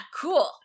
cool